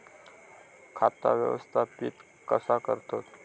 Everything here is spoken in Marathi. खाता व्यवस्थापित कसा करतत?